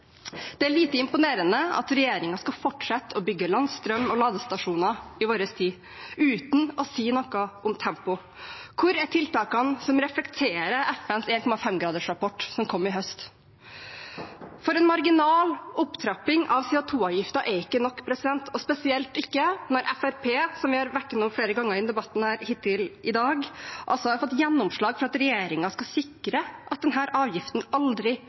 Det er lite imponerende at regjeringen skal fortsette å bygge landstrøm og ladestasjoner i vår tid, uten å si noe om tempo. Hvor er tiltakene som reflekterer FNs 1,5-gradersrapport, som kom i høst? For en marginal opptrapping av CO2-avgiften er ikke nok, og spesielt ikke når Fremskrittspartiet, som vi har vært igjennom flere ganger i debatten hittil i dag, har fått gjennomslag for at regjeringen skal sikre at denne avgiften aldri merkes i pumpeprisen i transporten. Og det er